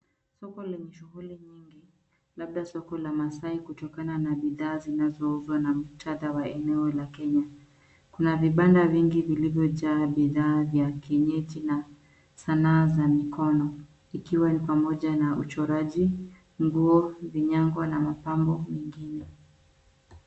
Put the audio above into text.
Soko lenye shughuli nyingi, labda soko la maasai kutokana na bidhaa zinazouzwa na muktatha wa eneo la Kenya. Kuna vibanda vingi vilivyojaa bidhaa vya kienyeji na sanaa za mikono, ikiwa ni pamoja na uchoraji, nguo, vinyangwa na mapambo mengine.